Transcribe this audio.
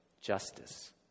justice